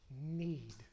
need